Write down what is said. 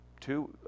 Two